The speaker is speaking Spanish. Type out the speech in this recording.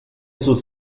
sus